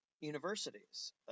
universities